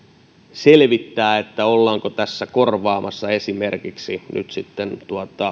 selvittää ollaanko tässä korvaamassa esimerkiksi nyt sitten